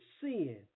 sin